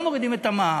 אבל לא מורידים את המע"מ.